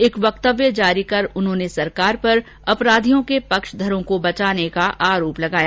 एक वक्तव्य जारी कर उन्होंने सरकार पर अपराधियों के पक्षधरों को बचाने का आरोप लगाया